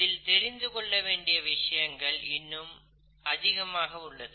இதில் தெரிந்துகொள்ள வேண்டிய விஷயங்கள் இன்னும் நிறைய உள்ளது